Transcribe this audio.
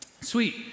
Sweet